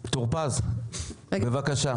בבקשה.